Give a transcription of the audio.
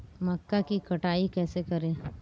मक्का की कटाई कैसे करें?